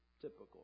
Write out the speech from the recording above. typical